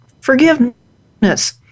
Forgiveness